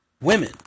women